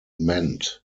meant